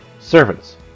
servants